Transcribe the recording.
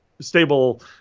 stable